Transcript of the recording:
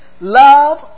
Love